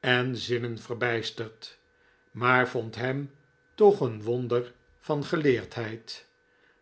en zinnen verbijsterd maar vond hem toch een wonder van geleerdheid